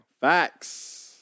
Facts